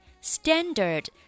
Standard